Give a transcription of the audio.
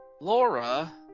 Laura